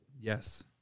Yes